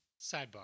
Sidebar